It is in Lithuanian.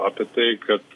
apie tai kad